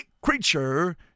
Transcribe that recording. creature